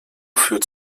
führt